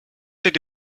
did